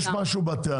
אני חושב שיש משהו בטענה,